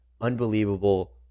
unbelievable